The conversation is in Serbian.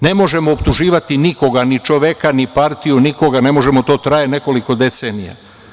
Ne možemo optuživati nikoga, ni čoveka ni partiju, to traje nekoliko decenija.